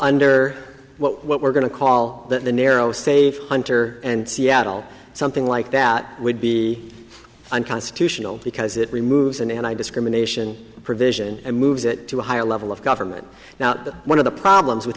under what we're going to call that the narrow save hunter and seattle something like that would be unconstitutional because it removes and i discrimination provision and moves it to a higher level of government now one of the problems with